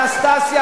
אנסטסיה,